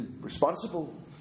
responsible